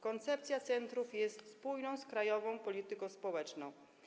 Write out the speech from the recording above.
Koncepcja centrów jest spójna z krajową polityką społeczną.